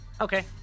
Okay